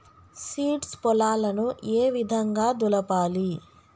Seeds పొలాలను ఏ విధంగా దులపాలి?